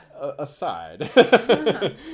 aside